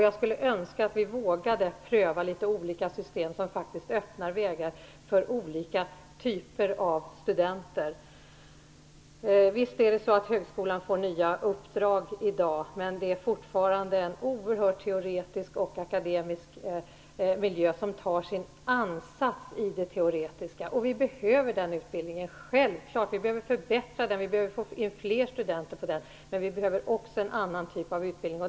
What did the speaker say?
Jag skulle önska att vi vågade pröva litet olika system som faktiskt öppnar vägar för olika typer av studenter. Visst får högskolan nya uppdrag i dag, men det är fortfarande en oerhört teoretisk och akademisk miljö, som tar sin ansats i det teoretiska. Vi behöver den utbildningen - självklart. Vi behöver förbättra den och få in fler studenter på den. Men vi behöver också en annan typ av utbildning.